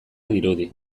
dirudi